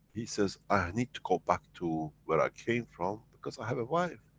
he says, i need to go back to where i came from, because i have a wife,